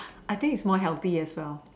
I think it's more healthy as well